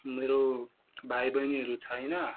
मेरो भाइ बहिनीहरू छैन